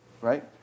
Right